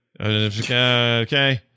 okay